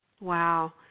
Wow